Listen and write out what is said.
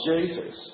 Jesus